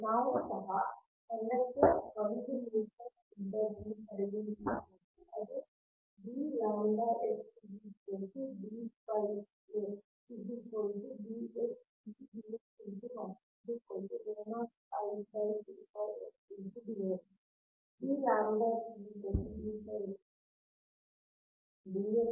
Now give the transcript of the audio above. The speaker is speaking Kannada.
ನಾವು ಸಹ ಕಂಡಕ್ಟರ್ನ 1 ಮೀಟರ್ ಉದ್ದವನ್ನು ಪರಿಗಣಿಸುತ್ತೇವೆ ಅದು d𝝺x dΦx Bx